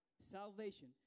Salvation